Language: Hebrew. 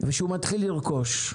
ושהוא מתחיל לרכוש.